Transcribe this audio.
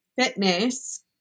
fitness